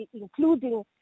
including